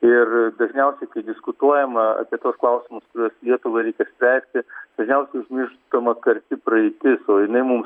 ir dažniausiai kai diskutuojama apie tuos klausimus kuriuos lietuvai reikia spręsti dažniausiai užmirštama karti praeitis o jinai mums